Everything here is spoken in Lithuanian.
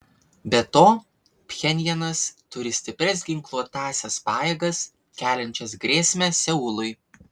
be to pchenjanas turi stiprias ginkluotąsias pajėgas keliančias grėsmę seului